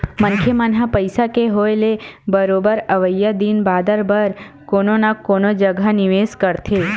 मनखे मन ह पइसा के होय ले बरोबर अवइया दिन बादर बर कोनो न कोनो जघा निवेस करथे